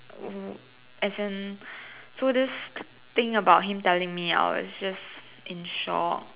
w~ w~ as in so this thing about him telling me I was just in shock